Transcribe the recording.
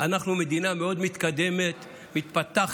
אנחנו מדינה מאוד מתקדמת ומתפתחת,